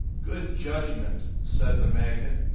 good judgment said the magnon.